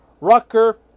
Rucker